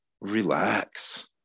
Relax